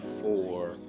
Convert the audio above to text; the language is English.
four